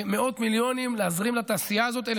זה מאות מיליונים להזרים לתעשייה הזאת.